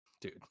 Dude